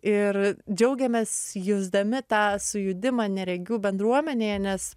ir džiaugiamės jusdami tą sujudimą neregių bendruomenėje nes